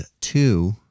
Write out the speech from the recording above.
two